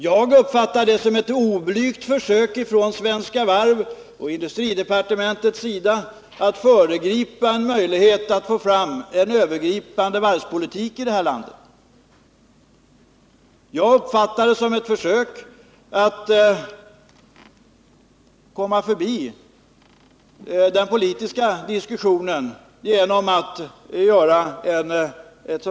Jag uppfattar det som ett oblygt försök från Svenska Varvs och industridepartementets sida att föregripa ett eventuellt beslut om en övergripande varvspolitik här i landet. Jag uppfattar det här utspelet som ett försök att komma förbi den politiska diskussionen.